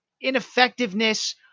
Ineffectiveness